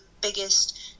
biggest